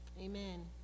Amen